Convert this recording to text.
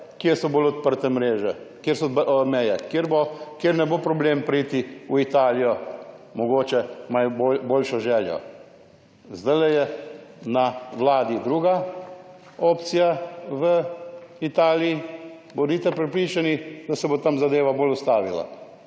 kje so bolj odprte mreže na mejah, kjer ne bo problem priti v Italijo, kamor si mogoče bolj želijo. Zdaj je na Vladi druga opcija v Italiji, bodite prepričani, da se bo tam zadeva bolj ustavila.